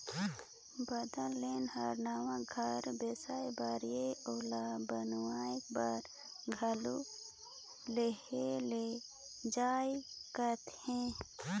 बंधक लोन हर नवा घर बेसाए बर या ओला बनावाये बर घलो लेहल जाय सकथे